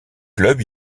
club